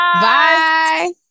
bye